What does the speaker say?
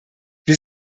wir